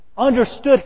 Understood